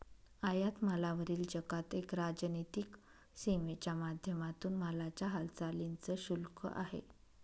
आयात मालावरील जकात एक राजनीतिक सीमेच्या माध्यमातून मालाच्या हालचालींच शुल्क आहे